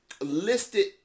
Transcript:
listed